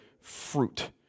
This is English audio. fruit